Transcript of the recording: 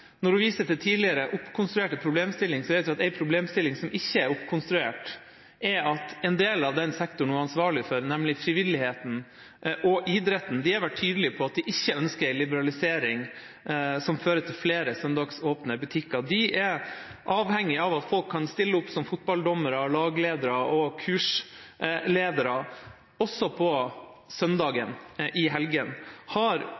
problemstilling som ikke er oppkonstruert, er at en del av sektoren hun er ansvarlig for, nemlig frivilligheten og idretten, er tydelig på at de ikke ønsker liberalisering som fører til flere søndagsåpne butikker. De er avhengig av at folk kan stille opp som fotballdommere, lagledere og kursledere også på søndagen i helgene. Har